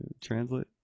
Translate